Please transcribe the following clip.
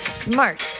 smart